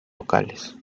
locales